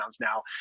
now